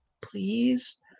Please